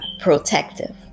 protective